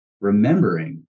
remembering